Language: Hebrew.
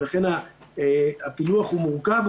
ולכן הפילוח הוא מורכב.